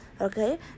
okay